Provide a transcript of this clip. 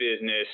business